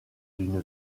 d’une